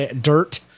dirt